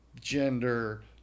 gender